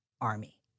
army